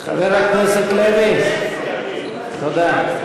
חבר הכנסת לוי, תודה.